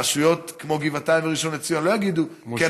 רשויות כמו גבעתיים וראשון לציון לא יגידו: כן,